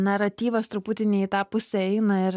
naratyvas truputį ne į tą pusę eina ir